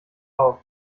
auf